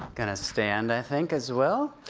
gonna stand, i think, as well.